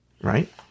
Right